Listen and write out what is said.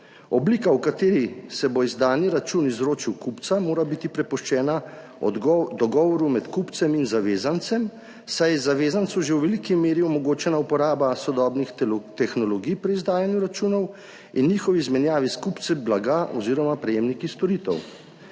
Oblika, v kateri se bo izdani račun izročil kupcu, mora biti prepuščena dogovoru med kupcem in zavezancem, saj je zavezancu že v veliki meri omogočena uporaba sodobnih tehnologij pri izdajanju računov in njihovi izmenjavi s kupcem blaga oziroma prejemniki storitev.